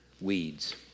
Weeds